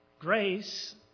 grace